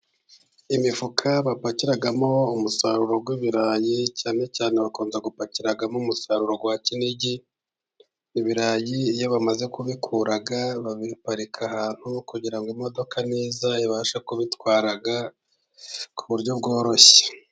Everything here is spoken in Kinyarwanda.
Imifuka bapakiramo umusaruro w'ibirayi cyane cyane bakunze gupakiramo umusaruro wa kinigi , ibirayi iyo bamaze kubikura babipara ahantu kugira imodoka neza ibashe kubitwara ku buryo bworoshye.